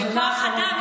לכוח האדם.